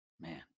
Man